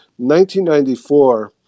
1994